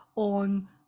on